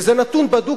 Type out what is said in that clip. וזה נתון בדוק,